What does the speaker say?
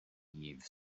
eve